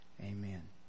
Amen